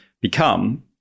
become